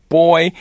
boy